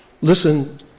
Listen